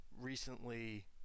recently